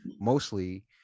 mostly